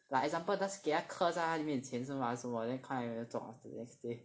like example just 给他咳在他面前是吗还是什么 then 看有没有中 the next day